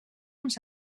uns